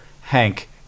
Hank